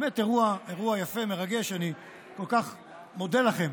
באמת אירוע יפה, מרגש, אני כל כך מודה לכם